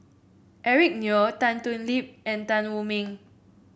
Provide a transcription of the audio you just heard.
Eric Neo Tan Thoon Lip and Tan Wu Meng